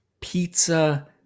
pizza